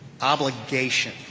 obligation